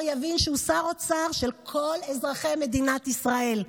יבין שהוא שר אוצר של כל אזרחי מדינת ישראל,